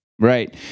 Right